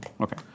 Okay